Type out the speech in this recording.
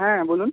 হ্যাঁ বলুন